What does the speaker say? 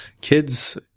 kids